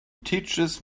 teaches